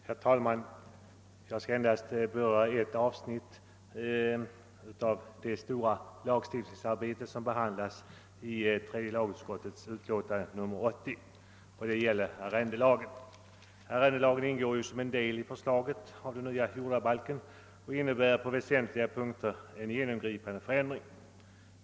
Herr talman! Jag skall endast beröra ett avsnitt av det stora lagstiftningskomplex som behandlas i tredje lagutskottets utlåtande nr 80 och det gäller arrendeliagen. Arrendelagen ingår som en del i förslaget till ny jordabalk och innebär på väsentliga punkter en genomgripande förändring.